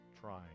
trying